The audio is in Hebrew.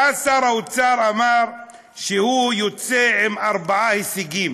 ואז שר האוצר אמר שהוא יוצא עם ארבעה הישגים.